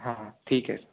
हां ठीक आहे